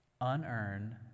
Unearned